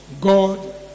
God